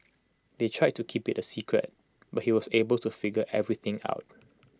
they tried to keep IT A secret but he was able to figure everything out